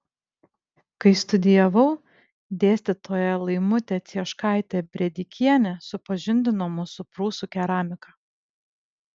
kai studijavau dėstytoja laimutė cieškaitė brėdikienė supažindino mus su prūsų keramika